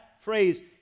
phrase